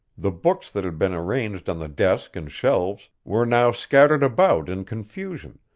the books that had been arranged on the desk and shelves were now scattered about in confusion,